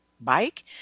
bike